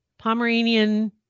Pomeranian